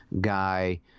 guy